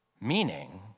Meaning